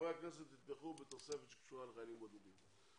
שחברי הכנסת יתמכו בתוספת שקשורה לחיילים בודדים.